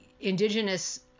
indigenous